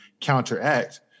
counteract